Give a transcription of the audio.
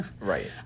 Right